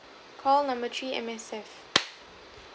call number three M_S_F